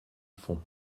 fond